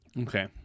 Okay